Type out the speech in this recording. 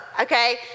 Okay